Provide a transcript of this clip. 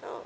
so